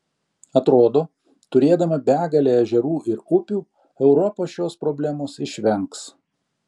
atrodo turėdama begalę ežerų ir upių europa šios problemos išvengs